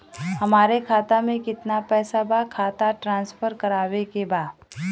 हमारे खाता में कितना पैसा बा खाता ट्रांसफर करावे के बा?